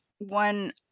one